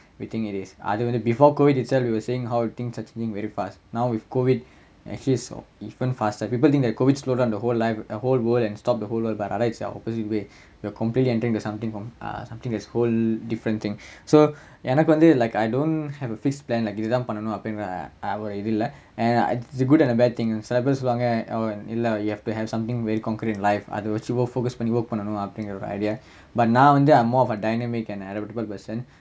we think is it அது வந்து:athu vanthu before COVID we were saying how things are changing very fast now with COVID actually is even faster people think that COVID slowed down the whole life the whole world and stopped the whole world but then it's the opposite way we're completely entering into something uh something that's whole different thing so எனக்கு வந்து:enakku vanthu like I don't have a fixed plan இது தான் பண்ணோனும் அப்படிங்குற இது இல்ல:ithu thaan pannonum appdingura ithu illa it's a good and bad thing சில பேர் சொல்லுவாங்க இல்ல:sila per solluvaanga illa you need to have something very concrete in life அத வச்சு:atha vachu focus பண்ணி:panni work பண்ணனும் அப்படிங்குற ஒரு:pannanum appdingura oru idea but நா வந்து:naa vanthu I'm more of a dynamic and mallaeble person and